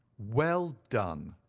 well done!